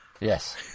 Yes